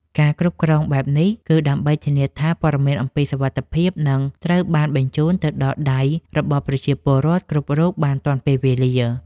ការគ្រប់គ្រងបែបនេះ គឺដើម្បីធានាថាព័ត៌មានអំពីសុវត្ថិភាពនឹងត្រូវបានបញ្ជូនទៅដល់ដៃរបស់ប្រជាពលរដ្ឋគ្រប់រូបបានទាន់ពេលវេលា។